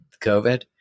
COVID